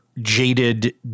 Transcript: jaded